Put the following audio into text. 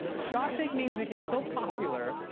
shawshank memes became so popular,